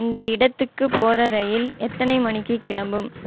இந்த இடத்துக்கு போகிற ரயில் எத்தனை மணிக்கி கிளம்பும்